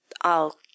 I'll